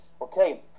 okay